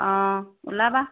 অ ওলাবা